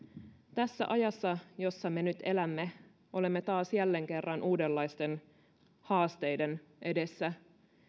tässä ajassa jossa me nyt elämme olemme taas jälleen kerran uudenlaisten haasteiden edessä